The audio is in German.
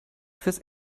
fürs